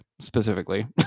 specifically